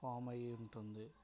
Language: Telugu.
ఫామ్ అయ్యి ఉంటుంది